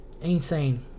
insane